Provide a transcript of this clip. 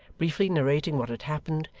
briefly narrating what had happened,